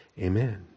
Amen